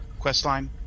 questline